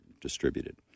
distributed